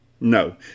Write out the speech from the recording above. No